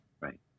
Right